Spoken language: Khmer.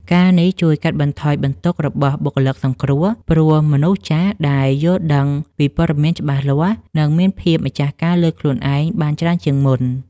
ការណ៍នេះជួយកាត់បន្ថយបន្ទុករបស់បុគ្គលិកសង្គ្រោះ ព្រោះមនុស្សចាស់ដែលយល់ដឹងពីព័ត៌មានច្បាស់លាស់ នឹងមានភាពម្ចាស់ការលើខ្លួនឯងបានច្រើនជាងមុន។